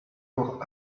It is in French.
lourds